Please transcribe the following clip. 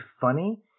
funny